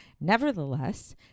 Nevertheless